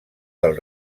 del